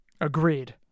Agreed